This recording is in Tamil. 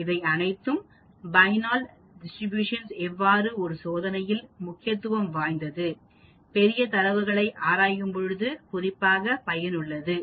இவை அனைத்தும் பைனல் டிஸ்ட்ரிபியூஷன் எவ்வாறு ஒரு சோதனையில் முக்கியத்துவம் வாய்ந்தது பெரிய தரவுகளை ஆராயும்போது குறிப்பாக பயனுள்ளது